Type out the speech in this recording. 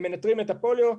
הם מנטרים את הפוליו,